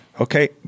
Okay